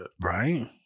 Right